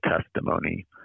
testimony